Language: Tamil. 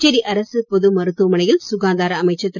புதுச்சேரி அரசுப் பொது மருத்துவ மனையில் சுகாதார அமைச்சர் திரு